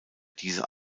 diese